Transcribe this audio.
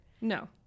no